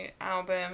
album